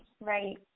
Right